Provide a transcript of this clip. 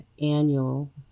annual